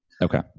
Okay